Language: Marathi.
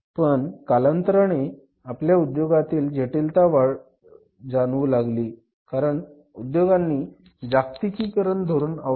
पण कालांतराने आपल्याला उद्योगातील जटिलता जाणवू लागली कारण उद्योगांनी जागतिकीकरणाचे धोरण अवलंबले